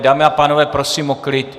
Dámy a pánové, prosím o klid.